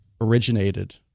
originated